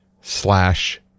slash